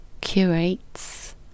curates